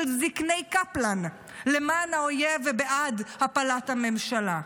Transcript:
זקני קפלן למען האויב ובעד הפלת הממשלה.